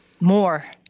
More